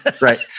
right